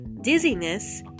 dizziness